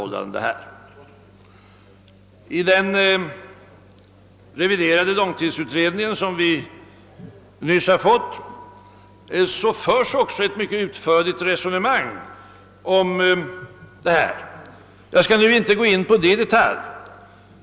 I den reviderade långtidsutredningen, som vi nyligen fått taga del av, förs också ett mycket utförligt resonemang om detta. Jag skall inte gå in på dessa frågor i detalj.